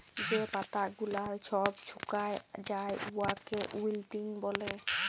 যে পাতা গুলাল ছব ছুকাঁয় যায় উয়াকে উইল্টিং ব্যলে